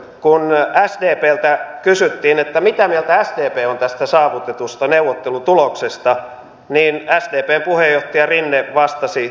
kun sdpltä kysyttiin mitä mieltä sdp on tästä saavutetusta neuvottelutuloksesta niin sdpn puheenjohtaja rinne vastasi